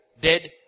dead